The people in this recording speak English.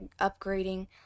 upgrading